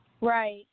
Right